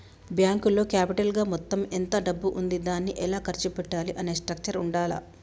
బ్యేంకులో క్యాపిటల్ గా మొత్తం ఎంత డబ్బు ఉంది దాన్ని ఎలా ఖర్చు పెట్టాలి అనే స్ట్రక్చర్ ఉండాల్ల